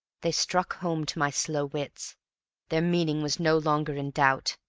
they struck home to my slow wits their meaning was no longer in doubt.